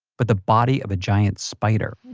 but the body of a giant spider